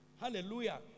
Hallelujah